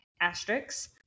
asterisks